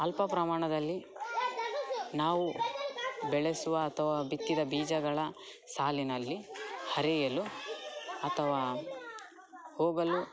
ಅಲ್ಪ ಪ್ರಮಾಣದಲ್ಲಿ ನಾವು ಬೆಳೆಸುವ ಅಥವಾ ಬಿತ್ತಿದ ಬೀಜಗಳ ಸಾಲಿನಲ್ಲಿ ಹರಿಯಲು ಅಥವಾ ಹೋಗಲು